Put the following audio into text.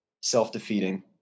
self-defeating